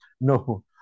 No